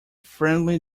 friendly